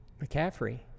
McCaffrey